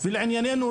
ולעניינו,